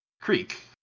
Creek